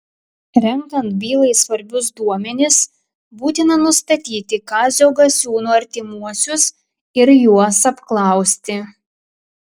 renkant bylai svarbius duomenis būtina nustatyti kazio gasiūno artimuosius ir juos apklausti